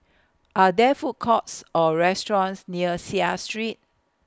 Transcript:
Are There Food Courts Or restaurants near Seah Street